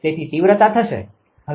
તેથી તીવ્રતા થશે